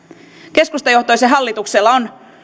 keskustajohtoisen hallituksen